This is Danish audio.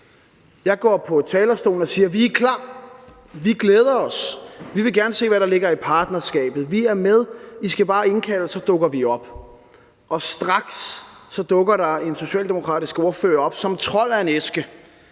Jeg går på talerstolen og siger, at vi er klar, at vi glæder os, at vi gerne vil se, hvad der ligger i partnerskabet, at vi er med, og at I bare skal indkalde os, og så dukker vi op. Straks dukker der så en socialdemokratisk ordfører op som trold af en æske